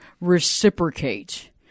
reciprocate